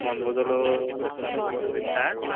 বনভোজলৈ হেঁ